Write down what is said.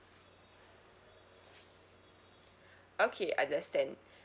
okay understand